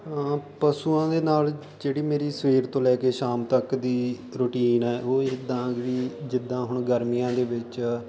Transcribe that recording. ਪਸੂਆਂ ਦੇ ਨਾਲ ਜਿਹੜੀ ਮੇਰੀ ਸਵੇਰ ਤੋਂ ਲੈ ਕੇ ਸ਼ਾਮ ਤੱਕ ਦੀ ਰੂਟੀਨ ਹ ਉਹ ਇਦਾਂ ਵੀ ਜਿੱਦਾਂ ਹੁਣ ਗਰਮੀਆਂ ਦੇ ਵਿੱਚ